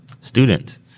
students